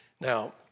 Now